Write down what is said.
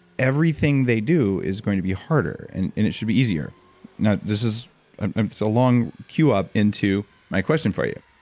everything they do is going to be harder and and it should be easier now this is a so long cue up into my question for you.